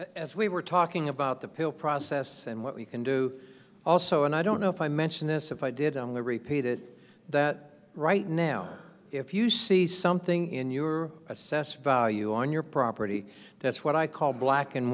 as we were talking about the pill process and what we can do also and i don't know if i mentioned this if i did only repeat it that right now if you see something in your assessed value on your property that's what i call black and